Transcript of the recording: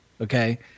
Okay